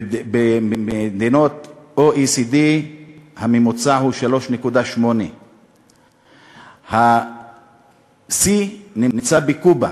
ובמדינות ה-OECD הממוצע הוא 3.8. השיא נמצא בקובה.